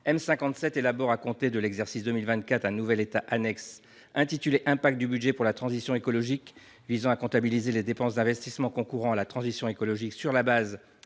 M57 élaborent, à compter de l’exercice 2024, un nouvel état annexe « Impact du budget pour la transition écologique » et visant à comptabiliser les dépenses d’investissement concourant à la transition écologique, sur la base